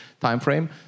timeframe